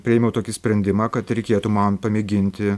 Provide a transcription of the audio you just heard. priėmiau tokį sprendimą kad reikėtų man pamėginti